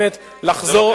לחזור,